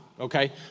Okay